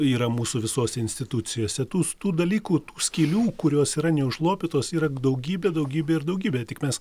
yra mūsų visose institucijos tų tų dalykų tų skylių kurios yra neužlopytos yra daugybė daugybė ir daugybė tik mes